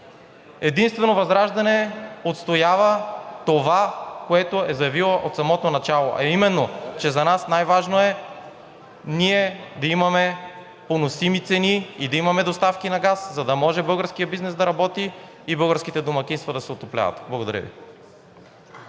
Единствено ВЪЗРАЖДАНЕ отстоява това, което е заявила от самото начало, а именно, че за нас най-важно е ние да имаме поносими цени и да имаме доставки на газ, за да може българският бизнес да работи и българските домакинства да се отопляват. Благодаря Ви.